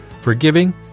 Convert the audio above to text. forgiving